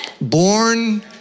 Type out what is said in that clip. Born